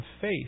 faith